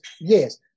Yes